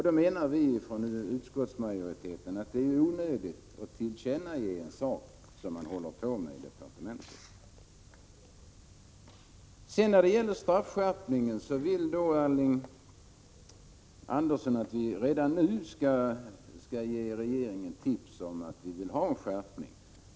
Då anser vi från utskottsmajoriteten att det är onödigt att tillkännage en sak som man håller på med i departementet. Sedan vill Elving Andersson att vi redan nu skall ge regeringen tips om att vi vill ha en straffskärpning.